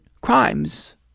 crimes